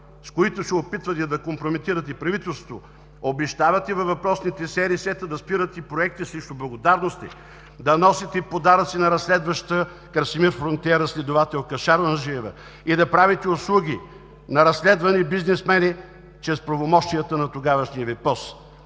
с които се опитвате да компрометирате правителството, обещавате във въпросните СРС-та да спирате проекти срещу благодарности, да носите подаръци на разследващата Красимир Фронтиера следователка Шарланджиева, и да правите услуги на разследвани бизнесмени чрез правомощията на тогавашния Ви